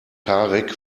tarek